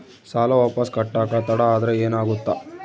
ಸಾಲ ವಾಪಸ್ ಕಟ್ಟಕ ತಡ ಆದ್ರ ಏನಾಗುತ್ತ?